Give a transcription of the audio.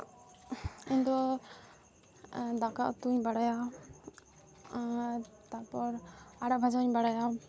ᱤᱧ ᱫᱚ ᱫᱟᱠᱟ ᱩᱛᱩᱧ ᱵᱟᱲᱟᱭᱟ ᱟᱨ ᱛᱟᱨᱯᱚᱨ ᱟᱲᱟᱜ ᱵᱷᱟᱡᱟ ᱦᱚᱸᱧ ᱵᱟᱲᱟᱭᱟ